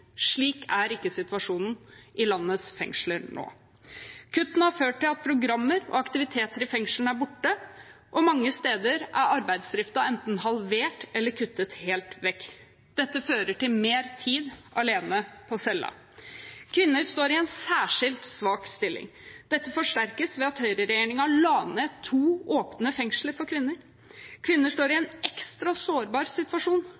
Slik er ikke situasjonen i landets fengsler nå. Kuttene har ført til at programmer og aktiviteter i fengslene er borte, og mange steder er arbeidsgrupper enten halvert eller kuttet helt vekk. Dette fører til mer tid alene på cella. Kvinner står i en særskilt svak stilling. Dette forsterkes ved at høyreregjeringen la ned to åpne fengsler for kvinner. Kvinner står i en ekstra sårbar situasjon